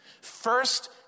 First